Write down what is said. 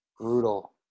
Brutal